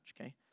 okay